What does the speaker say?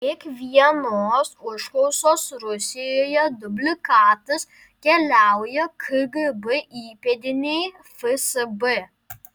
kiekvienos užklausos rusijoje dublikatas keliauja kgb įpėdinei fsb